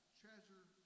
treasure